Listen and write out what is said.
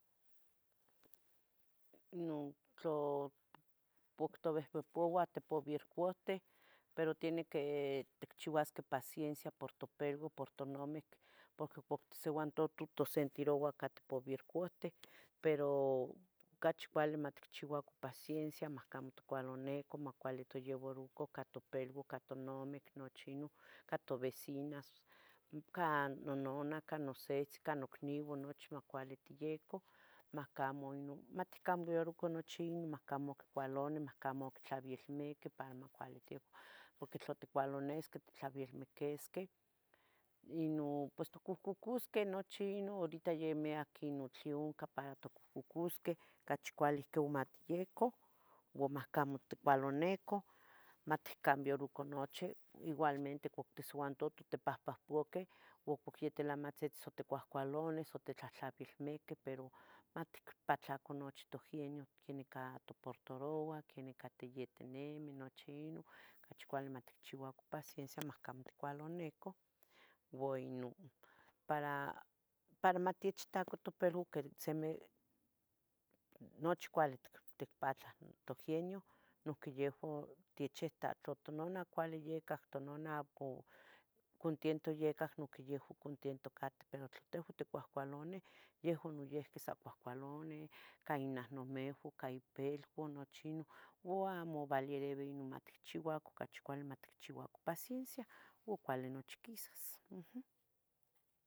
Poctavehvepouah. topovircohten, pero tiene que ticchiuasqueh paciencia por topeluan por tonamic porque tosiuantotu tosentiroua cateh ticovircohten, pero cachi cuali maticchiuacan paciencia macamo cuali tonicah, macuali toyevarocan ico topiluan ca tonamic, nochi Inon, ca tovecinas, ca nonanah, ca nosehtzin, ca nocniuan, nochi macuali tiyecoh. Matcambiaroca nochi Inon. macamocualani, macamotavielmiqui, para macuali tioh. Porque tla ticualonisquih, titlavelmiquisqueh, inon pus tocohcocosqueh horita miyec tlen ocah para timocohcocosqueh cachi cuali ohcon matyecan uo macamoticualanicah, matcambiarocan nochi, igualmente ihcuac tisiuantotu tipohpohpoqueh, ihcuac yatilamatzitzin oticuahcualonis, o titlahtlapilmiqui, pero maticpatlacan nochi togenio, quenih ticaportarouah, quen nican niyetinimi. Ocachi cuali maticchiuacan paciencia macamoticualanecoh uo inon para matechitacan topeluqueh, nochi cuali ticpatlah togenio noiqui yehuan techita, tonanah cuali yeccac tla tonanah contiento yecac, noyiuqui contentoh catieh, pero tla tejuan ticuahcualanih, noyiuqui sa cuahcualanih, cainahnomehco, ipeluan nochi Inon uo amo vialeriui ocachi matchiuacan, Cuali maticchiuacan paciencia uo cuali nochi quisas.